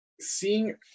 seeing